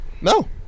no